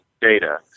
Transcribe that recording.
data